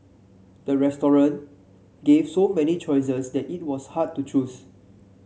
the restaurant gave so many choices that it was hard to choose